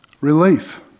Relief